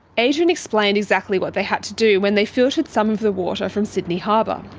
adrian explained exactly what they had to do when they filtered some of the water from sydney harbour.